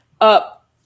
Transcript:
up